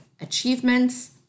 achievements